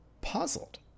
puzzled